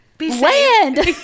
land